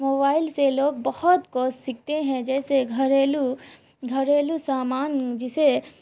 mobile سے لوگ بہت کو سیکھتے ہیں جیسے گھریلو گھریلو سامان جسے